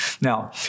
Now